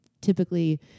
typically